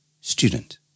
Student